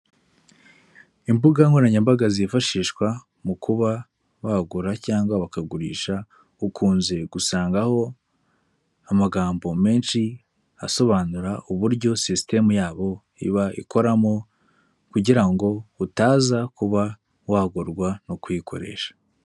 Imbuga nkoranyambaga zifashishwa mu kuba wagura cyangwa bakagurisha, ukunze gusangaho, amagambo menshi asobanura uburyo sisitemu yabo iba ikoramo, kugira ngo utaza kuba wagorwa no kuyikoresha.